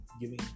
giving